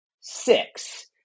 six